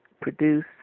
produce